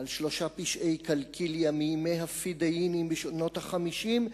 ועל שלושה פשעי קלקיליה מימי הפדאינים בשנות ה-50,